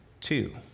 Two